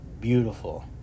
beautiful